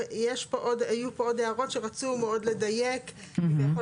היו פה עוד הערות שרצו מאוד לדייק ויכול